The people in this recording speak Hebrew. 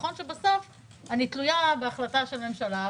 נכון שבסוף אני תלויה בהחלטה של ממשלה,